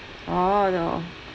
orh the